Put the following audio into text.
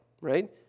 right